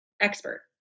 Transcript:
expert